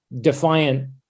defiant